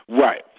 Right